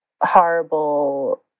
horrible